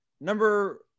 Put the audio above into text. number